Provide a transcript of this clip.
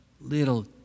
little